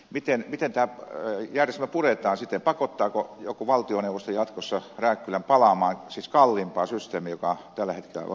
miten tämä järjestelmä puretaan sitten pakottaako joku valtioneuvosto jatkossa rääkkylän palaamaan kalliimpaan systeemiin joka tällä hetkellä on liikelaitos hellissä